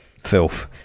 Filth